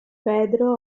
pedro